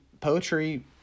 poetry